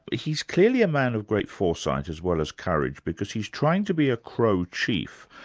but he's clearly a man of great foresight as well as courage, because he's trying to be a crow chief,